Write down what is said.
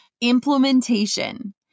Implementation